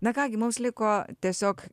na ką gi mums liko tiesiog